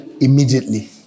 immediately